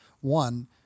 one